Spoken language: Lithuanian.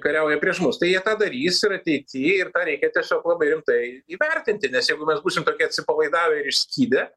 kariauja prieš mus tai jie tą darys ir ateity ir tą reikia tiesiog labai rimtai įvertinti nes jeigu mes būsim tokie atsipalaidavę ir išskydę